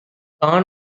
காண